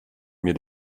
mir